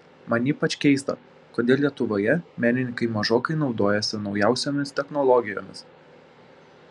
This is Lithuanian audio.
man ypač keista kodėl lietuvoje menininkai mažokai naudojasi naujausiomis technologijomis